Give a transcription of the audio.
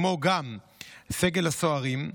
כמו גם סגל הסוהרים,